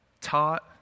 taught